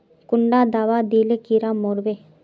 कुंडा दाबा दिले कीड़ा मोर बे?